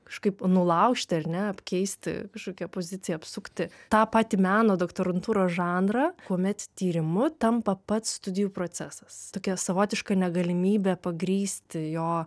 kažkaip nulaužti ar ne apkeisti kažkokią poziciją apsukti tą pati meno doktorantūros žanrą kuomet tyrimu tampa pats studijų procesas tokia savotiška negalimybė pagrįsti jo